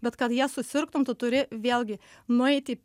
bet kad ją susirgtum turi vėlgi nueiti į